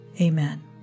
Amen